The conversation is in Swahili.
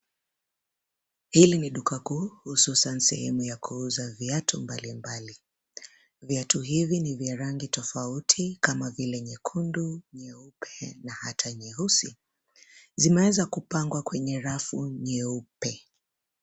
Hili ni duka kuu, hususan sehemu ya kuuza viatu mbalimbali. Viatu hivi ni vya rangi tofauti kama vile nyekundu, nyeupe na hata nyeusi. Zimeweza kupangwa kwenye rafu nyeupe.